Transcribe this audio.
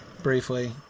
briefly